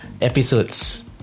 episodes